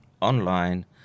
online